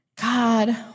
God